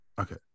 Okay